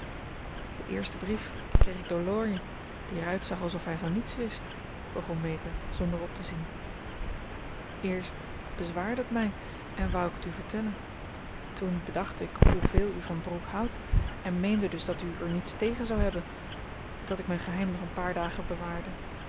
den eersten brief kreeg ik door laurie die er uitzag alsof hij van niets wist begon meta zonder op te zien eerst bezwaarde het mij en wou ik het u vertellen toen bedacht ik hoeveel u van brooke houdt en meende dus dat u er niets tegen zou hebben dat ik mijn geheim nog een paar dagen bewaarde